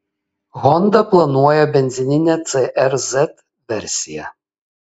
honda planuoja benzininę cr z versiją